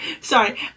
Sorry